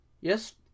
Yes